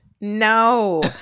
No